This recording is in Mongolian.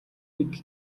нэг